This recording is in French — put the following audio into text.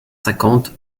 cinquante